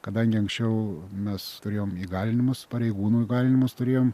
kadangi anksčiau mes turėjom įgalinimus pareigūnų įgalinimus turėjom